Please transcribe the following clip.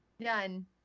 Done